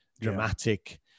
dramatic